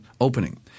opening